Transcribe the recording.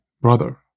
brother